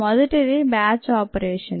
మొదటిది batch operation